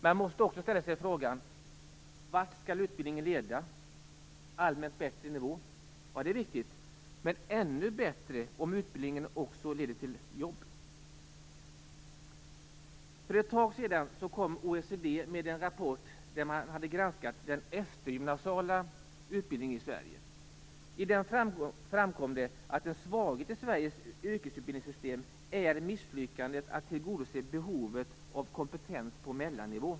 Man måste också ställa sig frågan: Vart skall utbildningen leda? Skall den leda till en allmänt bättre nivå? Det är viktigt, men det är ännu bättre om utbildningen också leder till jobb. För ett tag sedan kom OECD med en rapport där man hade granskat den eftergymnasiala utbildningen i Sverige. I den framkom det att en svaghet i Sveriges yrkesutbildningssystem är misslyckandet med att tillgodose behovet av kompetens på mellannivå.